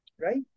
right